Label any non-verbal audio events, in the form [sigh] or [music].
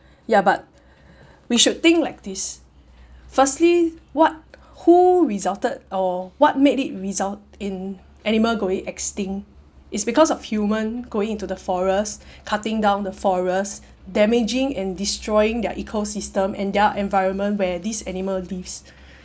ya but we should think like this firstly what who resulted or what made it result in animal going extinct it's because of human going into the forest [breath] cutting down the forests damaging and destroying their ecosystem and their environment where these animal lives